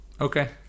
Okay